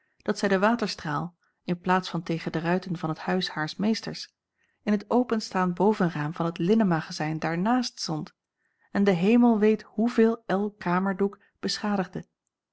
dat zij den waterstraal in plaats van tegen de ruiten van het huis haars meesters in het openstaand bovenraam van het linnenmagazijn daarnaast zond en de hemel weet hoeveel el kamerdoek beschadigde